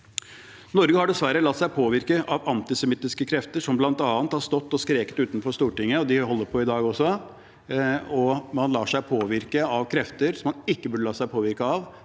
Norge har dessverre latt seg påvirke av antisemittiske krefter, som bl.a. har stått og skreket utenfor Stortinget, og de holder på i dag også. Man lar seg påvirke av krefter man ikke burde la seg påvirke av.